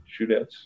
shootouts